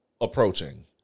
approaching